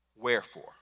wherefore